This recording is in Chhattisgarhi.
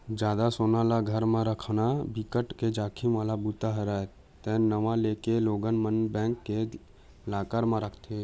जादा सोना ल घर म राखना बिकट के जाखिम वाला बूता हरय ते नांव लेके लोगन मन बेंक के लॉकर म राखथे